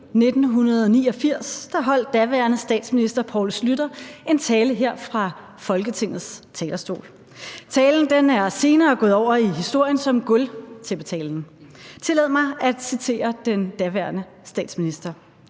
1989 holdt daværende statsminister Poul Schlüter en tale her fra Folketingets talerstol. Talen er senere gået over i historien som gulvtæppetalen. Tillad mig at citere den daværende statsminister: